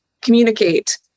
communicate